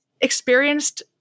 experienced